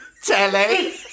Telly